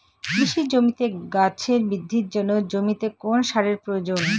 কৃষি জমিতে গাছের বৃদ্ধির জন্য জমিতে কোন সারের প্রয়োজন?